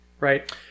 Right